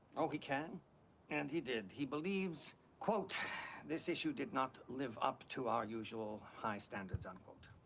ah he can and he did. he believes quote this issue did not live up to our usual high standards. unquote.